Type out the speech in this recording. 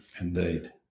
Indeed